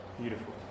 beautiful